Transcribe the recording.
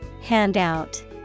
Handout